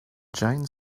jane